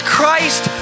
Christ